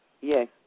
Yes